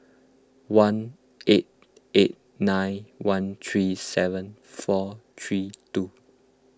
one eight eight nine one three seven four three two